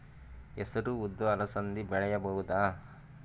ಹೆಸರು ಉದ್ದು ಅಲಸಂದೆ ಬೆಳೆಯಬಹುದಾ?